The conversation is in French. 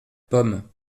pommes